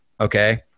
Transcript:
Okay